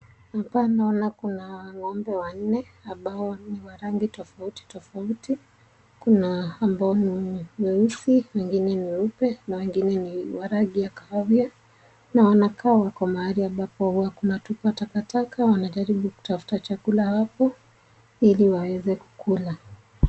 Hapa naona kuna ng'ombe wanne ambao ni wa rangi tofauti tofauti, kuna ambao ni mweusi, wengine na weupe na wengine ni wa rangi ya kahawia, na wanakaa wako mahali ambapo huwa kunatupwa takataka, wanajaribu kutafuta chakula hapo ili waweze kukula.